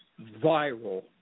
viral